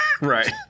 Right